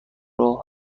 راه